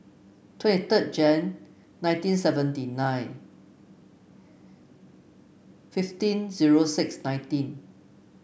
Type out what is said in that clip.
twenty third Jan nineteen seventy nine fifteen zero six nineteen